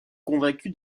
convaincue